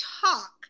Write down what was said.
talk